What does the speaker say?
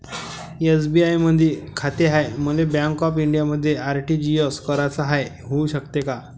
SBI मधी खाते हाय, मले बँक ऑफ इंडियामध्ये आर.टी.जी.एस कराच हाय, होऊ शकते का?